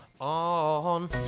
on